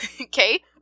Okay